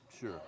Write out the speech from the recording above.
Sure